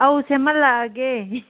ꯑꯧ ꯁꯦꯝꯍꯜꯂꯛꯑꯒꯦ